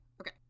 okay